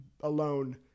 alone